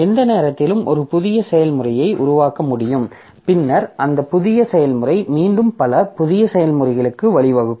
எந்த நேரத்திலும் ஒரு புதிய செயல்முறையை உருவாக்க முடியும் பின்னர் அந்த புதிய செயல்முறை மீண்டும் பல புதிய செயல்முறைகளுக்கு வழிவகுக்கும்